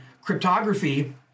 cryptography